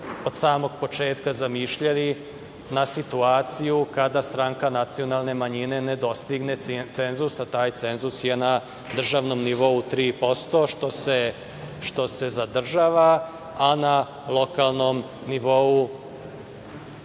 od samog početka zamišljali, na situaciju kada stranka nacionalne manjine ne dostigne cenzus, a taj cenzus je na državnom nivou 3%, što se zadržava, a na lokalnom nivou